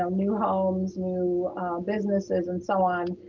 um new homes, new businesses, and so on,